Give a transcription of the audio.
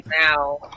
now